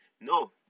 No